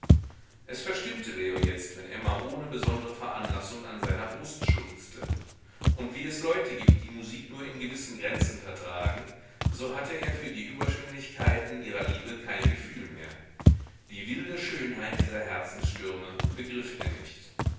es verstimmte leo jetzt wenn emma ohne besondre veranlassung an seiner brust schluchzte und wie es leute gibt die musik nur in gewissen grenzen vertragen so hatte er für die überschwenglichkeiten ihrer liebe kein gefühl mehr die wilde schönheit dieser herzensstürme begriff er nicht